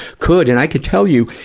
could. and i could tell you,